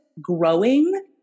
growing